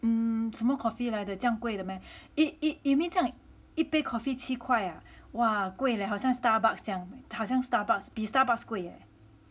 hmm 怎么 coffee 来的这样贵的 meh it it you mean 这样一杯 coffee 七块啊哇贵嘞好像 Starbucks 这样好像 Starbucks 比 Starbucks eh